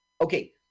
okay